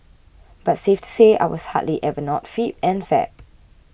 but safe to say I was hardly ever not fit and fab